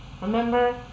remember